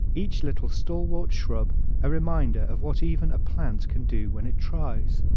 each little stalwart shrub a reminder of what even a plant can do when it tries!